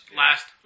last